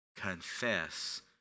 confess